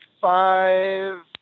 five